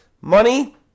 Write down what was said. money